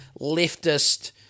leftist